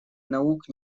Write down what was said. наук